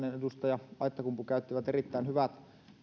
edustaja aittakumpu käyttivät erittäin hyvät